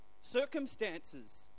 Circumstances